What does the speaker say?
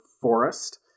forest